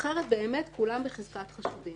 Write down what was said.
אחרת באמת כולם בחזקת חשודים,